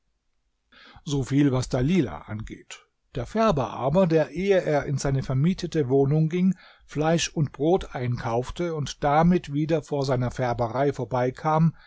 so viel was dalilah angeht der färber aber der ehe er in seine vermietete wohnung ging fleisch und brot einkaufte und damit wieder vor seiner färberei vorbeikam